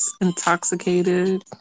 intoxicated